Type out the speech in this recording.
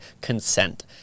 consent